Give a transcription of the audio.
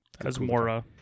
Asmora